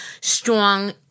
strong